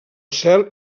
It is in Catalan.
cel